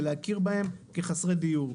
ולהכיר בהם כחסרי דיור.